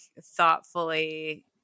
thoughtfully